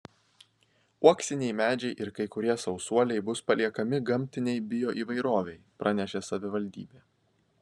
uoksiniai medžiai ir kai kurie sausuoliai bus paliekami gamtinei bioįvairovei pranešė savivaldybė